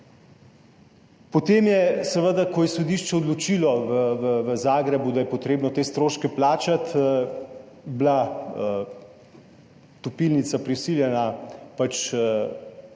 Potem je seveda, ko je sodišče v Zagrebu odločilo, da je potrebno te stroške plačati, bila topilnica prisiljena